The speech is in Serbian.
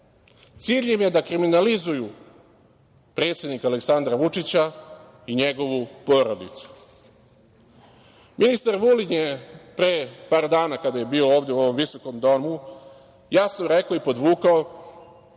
Cilj im je da kriminalizuju predsednika Aleksandra Vučića i njegovu porodicu. Ministar Vulin je pre par dana kada je bio ovde u ovom visokom domu jasno rekao i podvukao